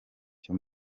cyo